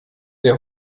der